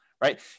right